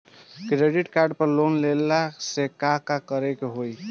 Credit card पर loan लेला से का का करे क होइ?